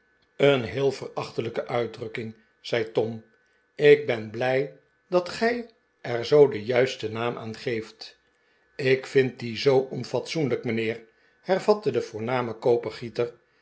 een heel verachtelijke uitdrukking zei tom ik ben blij dat gij er zoo den juisten naam aan geeft ik vind die zoo onfatsoenlijk mijnheer hervatte de voorname